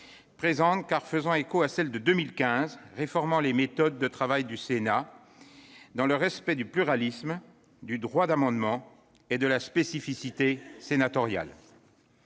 résolution qui fait écho à celle de 2015 sur la réforme des méthodes de travail du Sénat, dans le respect du pluralisme, du droit d'amendement et de la spécificité sénatoriale.